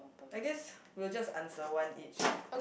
I guess we'll just answer one each